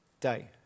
day